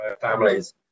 families